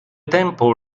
tempo